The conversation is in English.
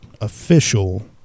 official